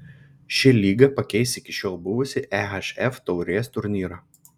ši lyga pakeis iki šiol buvusį ehf taurės turnyrą